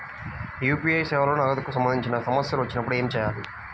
UPI సేవలలో నగదుకు సంబంధించిన సమస్యలు వచ్చినప్పుడు ఏమి చేయాలి?